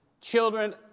Children